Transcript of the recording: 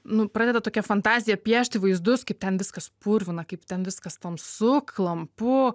nu pradeda tokia fantazija piešti vaizdus kaip ten viskas purvina kaip ten viskas tamsu klampu